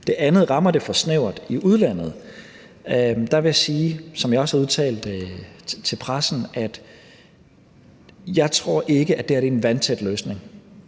om det rammer for snævert i udlandet, vil jeg sige, som jeg også har udtalt til pressen, at jeg ikke tror, at det her er en vandtæt løsning.